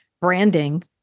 branding